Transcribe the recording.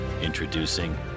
Introducing